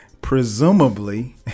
presumably